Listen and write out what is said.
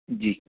जी